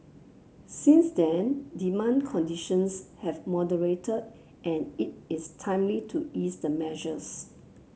since then demand conditions have moderated and it is timely to ease the measures